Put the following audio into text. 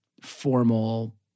formal